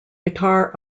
guitar